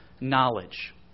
knowledge